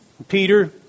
Peter